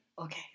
okay